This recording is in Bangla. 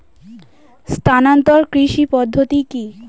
স্থানান্তর কৃষি পদ্ধতি কি?